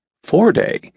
four-day